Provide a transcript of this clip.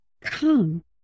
Come